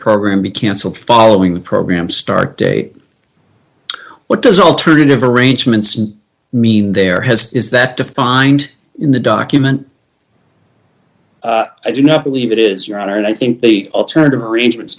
program be cancelled following the program start date what does alternative arrangements mean there has is that defined in the document i do not believe it is your honor and i think they alternative arrangements